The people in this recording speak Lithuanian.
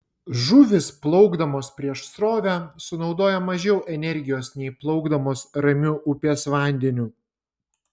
žuvys plaukdamos prieš srovę sunaudoja mažiau energijos nei plaukdamos ramiu upės vandeniu